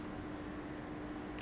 wait 我听不到你